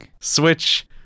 Switch